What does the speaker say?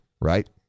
right